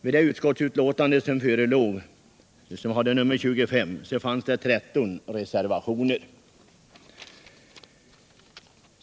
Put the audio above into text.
Vid det utskottsutlåtande som då förelåg, nr 25, var fogade 13 reservationer.